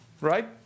Right